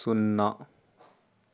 సున్నా